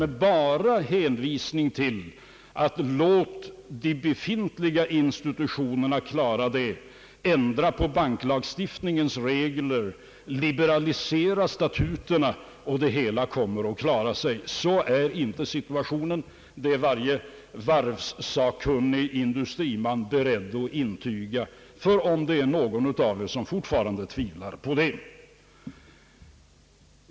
Det räcker inte med hänvisningar till att de befintliga institutionerna skall klara saker och ting, att ändra på banklagstiftningens regler, liberalisera statuterna o.s.v. Situationen är inte sådan. Det är varje varvssakkunnig industriman beredd att intyga, om någon av er fortfarande tvivlar.